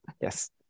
Yes